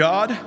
God